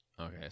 Okay